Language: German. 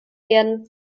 werden